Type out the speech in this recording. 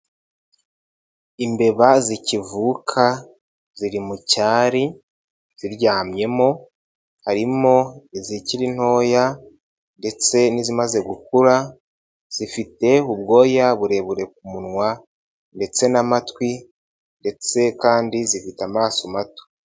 Imbeba zikivuka ziri mu cyari ziryamyemo, harimo izikiri ntoya ndetse n'izimaze gukura, zifite ubwoya burebure ku munwa ndetse n'amatwi ndetse kandi zifite amaso mato.